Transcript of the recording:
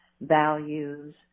values